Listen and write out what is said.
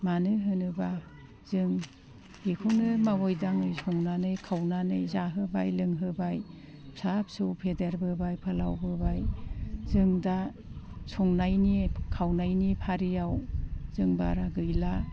मानो होनोबा जों बेखौनो मावै दाङै संनानै खावनानै जाहोबाय लोंहोबाय फिसा फिसौ फेदेरबोबाय फोलावबोबाय जों दा संनायनि खावनायनि फारियाव जों बारा गैला